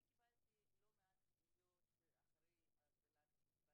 אני קיבלתי לא מעט פניות אחרי הגדלת קצבת